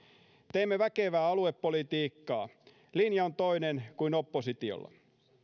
teemme väkevää aluepolitiikkaa linja on toinen kuin oppositiolla